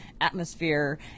atmosphere